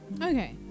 okay